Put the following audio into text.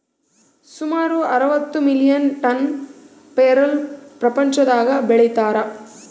ಸುಮಾರು ಅರವತ್ತು million tonne ಪೇರಲ ಪ್ರಪಂಚದಾಗ ಬೆಳೀತಾರ